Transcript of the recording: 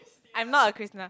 I am not a Christina